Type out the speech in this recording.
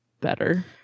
better